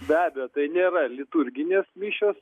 be abejo tai nėra liturginės mišios